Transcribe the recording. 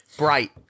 bright